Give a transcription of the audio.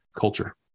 culture